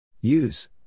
Use